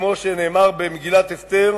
כמו שנאמר במגילת אסתר: